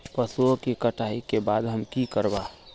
पशुओं के कटाई के बाद हम की करवा?